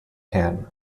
can